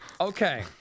Okay